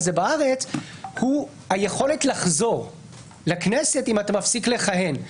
הוא היכולת לחזור לכנסת אם אתה מפסיק לכהן.